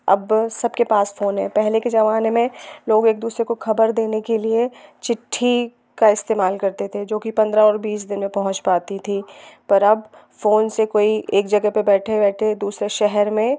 अब सबके पास फ़ोन है पहले के ज़माने में लोग एक दूसरे को खबर देने के लिए चिट्ठी का इस्तेमाल करते थे जो कि पंद्रह और बीस दिन में पहुँच पाती थी पर अब फ़ोन से कोई एक जगह पर बैठे बैठे दूसरे शहर में